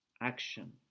action